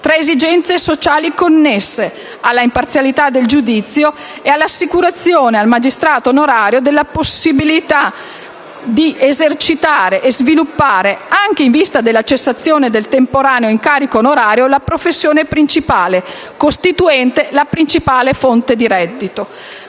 tra le esigenze sociali connesse all'imparzialità del giudizio e all'assicurazione al magistrato onorario della possibilità di esercitare e sviluppare, anche in vista della cessazione del temporaneo incarico onorario, la professione principale, costituente la principale fonte di reddito.